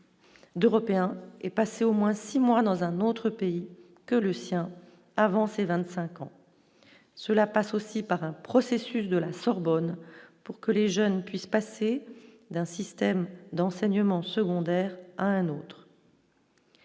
d'Européens est passé au moins 6 mois dans un autre pays que le sien avant ses 25 ans, cela passe aussi par un processus de la Sorbonne pour que les jeunes puissent passer d'un système d'enseignement secondaire à un autre.